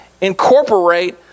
incorporate